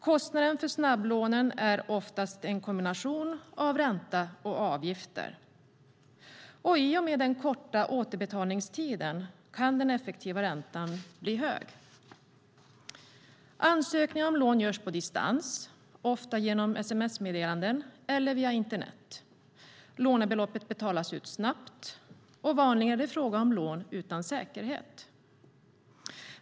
Kostnaden för snabblånen är oftast en kombination av ränta och avgifter. I och med den korta återbetalningstiden kan den effektiva räntan bli hög. Ansökningar om lån görs på distans, ofta genom sms-meddelanden eller via internet. Lånebeloppet betalas ut snabbt. Vanligen är det fråga om lån utan säkerhet.